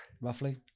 roughly